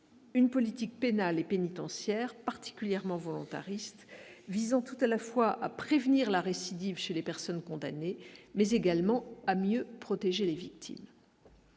Une politique pénale et pénitentiaire particulièrement volontariste visant tout à la fois à prévenir la récidive chez les personnes condamnées mais également à mieux protéger les victimes.